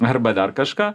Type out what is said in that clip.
arba dar kažką